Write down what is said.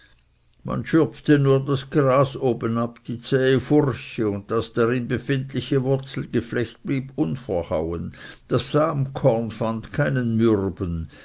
man schürpfte nur das gras obenab die zähe furche und das darin befindliche wurzelgeflecht blieb unverhauen das samkorn fand keinen mürben